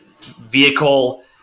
vehicle